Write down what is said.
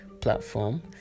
platform